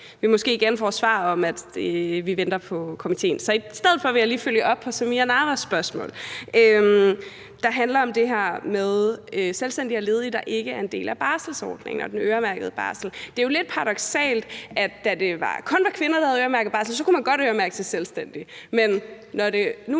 vi måske igen får et svar om, at vi venter på komitéen. Så i stedet for vil jeg lige følge op på Samira Nawas spørgsmål, der handler om det her med selvstændige og ledige, der ikke er en del af barselsordningen med den øremærkede barsel. Det er jo lidt paradoksalt, at da det kun var kvinder, der havde øremærket barsel, kunne man godt øremærke for selvstændige, men når det